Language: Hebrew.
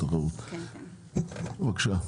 בבקשה.